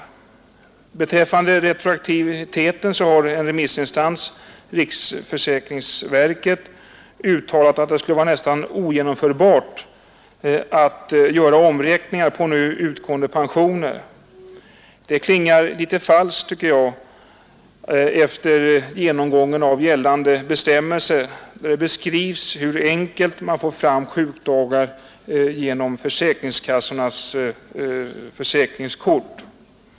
Beträf Beräkningen av förfande retroaktiviteten har en remissinstans — riksförsäkringsverket —= Måner inom den uttalat att det skulle vara nästan ogenomförbart att göra omräkningar av = Allmänna försäk nu utgående pensioner. Detta klingar litet falskt, tycker jag, efter ringen för arbetsgenomgången av gällande bestämmelser, där det beskrivs hur enkelt man tagare med hög sjukfrånvaro får fram sjukdagar genom försäkringskassornas försäkringskort.